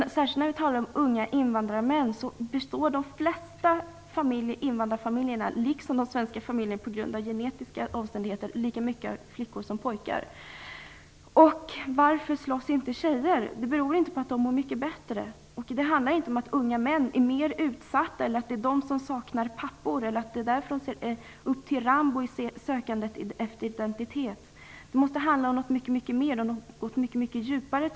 Charlotta L Bjälkebring talar också om unga invandrarmän. Jag vill då säga att det flesta invandrarfamiljerna - liksom de svenska familjerna - beroende av genetiska faktorer består av lika många flickor som pojkar. Men varför slåss inte tjejer? Det beror inte på att de mår mycket bättre. Och det handlar inte om att unga män är mer utsatta eller att det är de som saknar pappor och därför ser upp till Rambo i sitt sökande efter identitet, utan det måste handla om något mycket mer och gå mycket djupare.